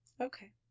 Okay